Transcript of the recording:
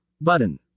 button